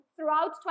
throughout